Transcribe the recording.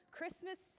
Christmas